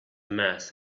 mass